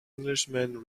englishman